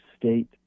state